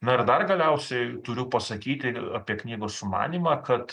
na ir dar galiausiai turiu pasakyti apie knygos sumanymą kad